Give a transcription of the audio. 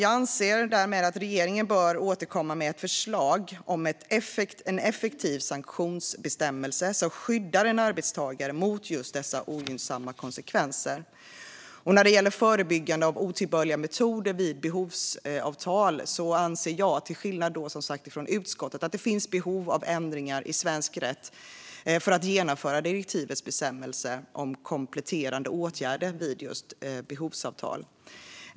Jag anser därmed att regeringen bör återkomma med ett förslag till en effektiv sanktionsbestämmelse som skyddar en arbetstagare mot ogynnsamma konsekvenser. När det gäller förebyggande av otillbörliga metoder vid behovsavtal anser jag, till skillnad från utskottet, som sagt, att det finns behov av ändringar i svensk rätt för att genomföra direktivets bestämmelser om kompletterande åtgärder vid behovsavtal.